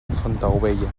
fontaubella